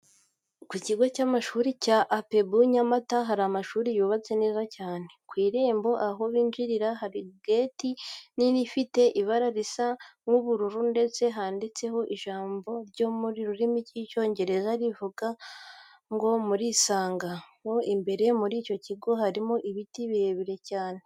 Ku kigo cy'amashuri cya APEBU Nyamata hari amashuri yubatse neza cyane. Ku irembo aho binjirira hari gate nini ifite ibara risa nk'ubururu ndetse handitseho ijambo ryo mu rurimi rw'Icyongereza rivuga ngo murisanga. Mo imbere muri icyo kigo harimo ibiti birebire cyane.